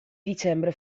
dicembre